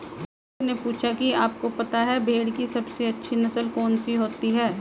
रोहित ने पूछा कि आप को पता है भेड़ की सबसे अच्छी नस्ल कौन सी होती है?